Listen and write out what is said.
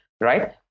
right